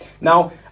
now